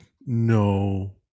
no